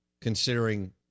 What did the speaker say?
considering